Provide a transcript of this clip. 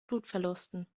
blutverlusten